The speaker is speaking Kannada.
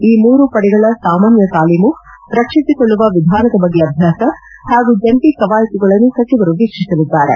ಈ ಮೂರು ಪಡೆಗಳ ಸಾಮಾನ್ಯ ತಾಲೀಮು ರಕ್ಷಿಸಿಕೊಳ್ಳುವ ವಿಧಾನದ ಬಗ್ಗೆ ಅಭ್ಯಾಸ ಹಾಗೂ ಜಂಟಿ ಕವಾಯತುಗಳನ್ನು ಸಚಿವರು ವೀಕ್ಷಿಸಲಿದ್ದಾರೆ